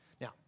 Now